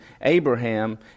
Abraham